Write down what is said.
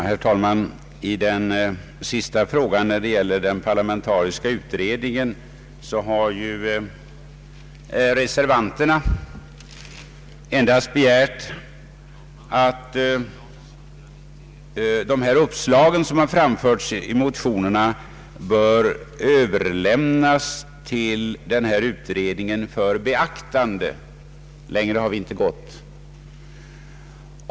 Herr talman! När det gäller frågan om den parlamentariska utredningen har reservanterna endast begärt att de uppslag som framförts i motionerna skall överlämnas till utredningen för beaktande — längre har vi inte gått.